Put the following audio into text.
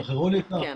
היינו